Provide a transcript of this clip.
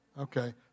Okay